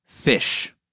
Fish